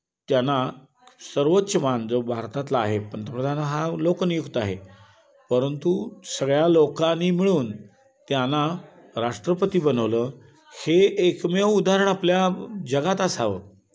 त्यांना सर्वोच्च मान जो भारतातला आहे पंतप्रधान हा लोकनियुक्त आहे परंतु सगळ्या लोकांनी मिळून त्यांना राष्ट्रपती बनवलं हे एकमेव उदाहरण आपल्या जगात असावं